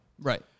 Right